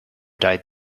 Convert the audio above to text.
died